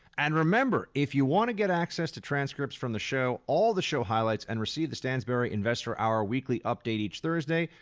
and remember if you want to get access to transcripts from the show, all the show highlights, and receive the stansberry investor hour weekly update each thursday,